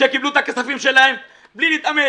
שקיבלו את הכספים שלהם בלי להתאמץ,